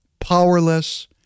powerless